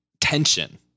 tension